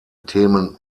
themen